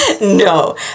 No